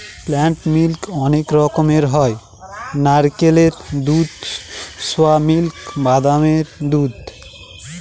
plant milk অনেক রকমের হয় নারকেলের দুধ, সোয়া মিল্ক, বাদামের দুধ